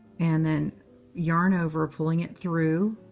and then yarn over, pulling it through.